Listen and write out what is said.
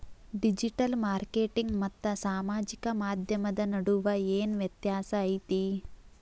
digital marketing ಮತ್ತ ಸಾಮಾಜಿಕ ಮಾಧ್ಯಮದ ನಡುವ ಏನ್ ವ್ಯತ್ಯಾಸ ಐತಿ